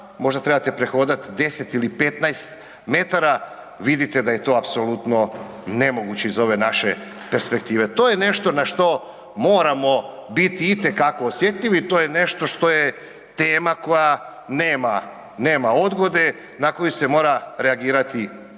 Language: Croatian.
možda trebate prehodat 10 ili 15 metara, vidite da je to apsolutno iz ove naše perspektive. To je nešto na što moramo biti itekako osjetljivi, to je nešto što je tema koja nema, nema odgode, na koju se mora reagirati brzo i